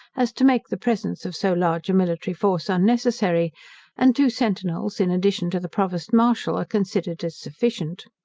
as to make the presence of so large a military force unnecessary and two centinels, in addition to the provost martial, are considered as sufficient.